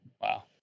Wow